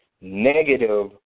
negative